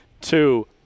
two